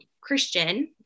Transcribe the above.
Christian